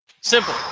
Simple